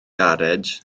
garej